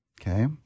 okay